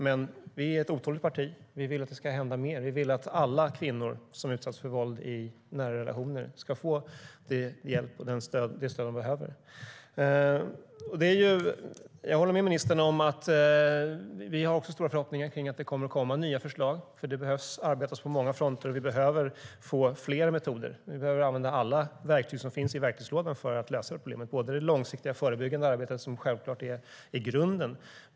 Men vi är ett otåligt parti. Vi vill att det ska hända mer. Vi vill att alla kvinnor som utsatts för våld i nära relationer ska få den hjälp och det stöd de behöver. Jag håller med ministern om att vi har stora förhoppningar om att det kommer att komma nya förslag. Vi behöver arbeta på många fronter, och vi behöver få fler metoder. Vi behöver använda alla verktyg som finns i verktygslådan för att lösa problemet. Det handlar om det långsiktigt förebyggande arbetet som självklart är grunden.